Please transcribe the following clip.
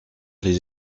les